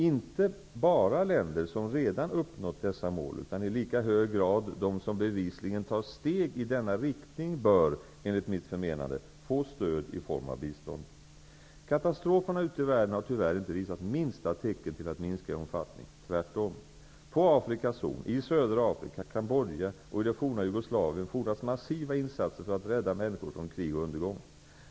Inte bara länder som redan uppnått dessa mål utan i lika hög grad de som bevisligen tar steg i denna riktning bör, enligt mitt förmenande, få stöd i form av bistånd. Katastroferna ute i världen har tyvärr inte visat minsta tecken till att minska i omfattning -- tvärtom. På Afrikas Horn, i södra Afrika, Kambodja och i det forna Jugoslavien fordras massiva insatser för att rädda människor från krig och undergång.